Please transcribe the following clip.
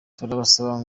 turabasaba